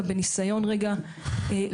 ו-2050,